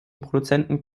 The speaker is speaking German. produzenten